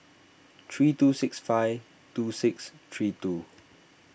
three two six five two six three two